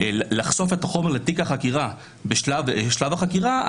לחשוף את החומר לתיק החקירה בשלב החקירה,